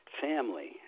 family